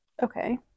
Okay